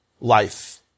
life